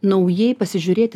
naujai pasižiūrėti